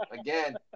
again